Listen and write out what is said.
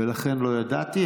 ולכן לא ידעתי.